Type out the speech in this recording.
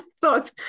thought